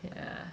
yeah